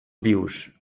vius